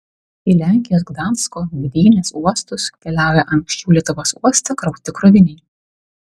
į lenkijos gdansko gdynės uostus keliauja anksčiau lietuvos uoste krauti kroviniai